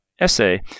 Essay